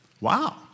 Wow